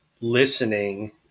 listening